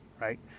right